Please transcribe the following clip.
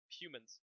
humans